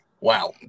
Wow